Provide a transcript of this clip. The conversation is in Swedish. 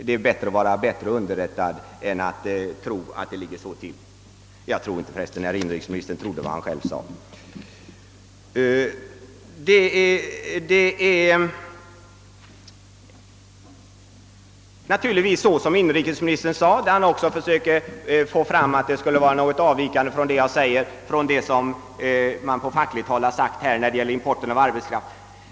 Och herr inrikesministern trodde för övrigt nog inte heller själv på vad han sade på den punkten. Inrikesministern försökte vidare få fram en avvikelse mellan vad jag sagt och vad som sagts från fackligt håll när det gäller import av arbetskraft.